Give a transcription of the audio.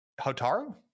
hotaru